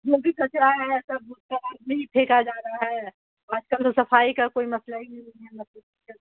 جو بھی کچرا ہے سب میں ہی پھینکا جا رہا ہے آج کل تو صفائی کا کوئی مسئلہ ہی نہیں ہے